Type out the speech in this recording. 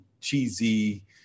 cheesy